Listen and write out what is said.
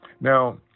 Now